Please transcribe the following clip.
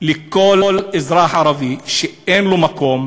לכל אזרח ערבי שאין לו מקום,